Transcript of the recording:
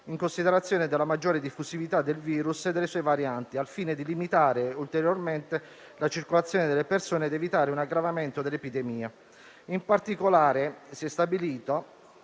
in considerazione della maggiore diffusività del virus e delle sue varianti, al fine di limitare ulteriormente la circolazione delle persone ed evitare un aggravamento dell'epidemia. In particolare si è stabilita